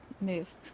move